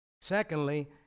Secondly